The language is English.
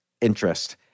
interest